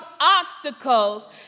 obstacles